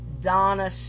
Donna